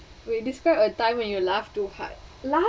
wait describe a time when you laugh too hard la~